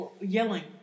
yelling